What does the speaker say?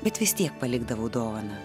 bet vis tiek palikdavau dovaną